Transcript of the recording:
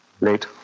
Late